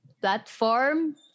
Platform